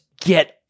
get